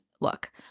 look